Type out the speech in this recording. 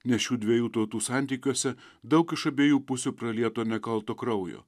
nes šių dviejų tautų santykiuose daug iš abiejų pusių pralieto nekalto kraujo